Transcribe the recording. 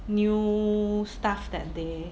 new stuff that day